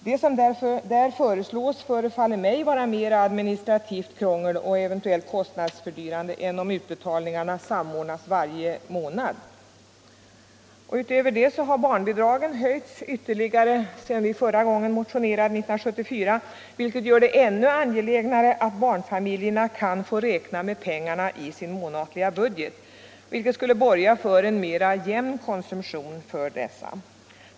Det som i propositionen föreslås förefaller mig vara mera administrativt krångel och eventuellt kostnadsfördyrande än om utbetalningarna samordnas varje månad. Sedan vi motionerade 1974 har barnbidragen höjts ytterligare, vilket gör det ännu angelägnare att barnfamiljerna kan få räkna med pengarna i sin månatliga budget. Det skulle borga för en mera jämn konsumtion för dem.